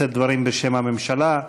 לשאת דברים בשם הממשלה,